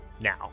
Now